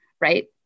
right